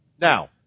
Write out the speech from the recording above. Now